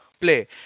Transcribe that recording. play